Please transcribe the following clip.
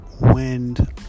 wind